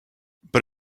but